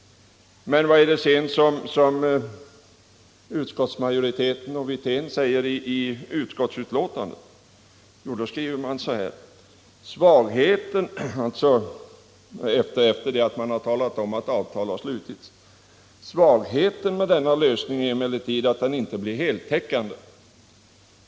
Men vad är det sedan utskottsmajoriteten och Rolf Wirtén säger i utskottsbetänkandet? Jo, då skriver man så här: ”Svagheten med denna: lösning är emellertid att den inte blir heltäckande.